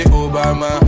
obama